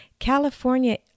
California